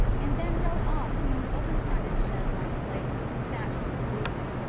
and then rode off to an open-fronted shed-like place thatched with reeds,